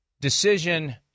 decision